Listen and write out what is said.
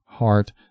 heart